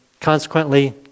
consequently